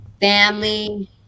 Family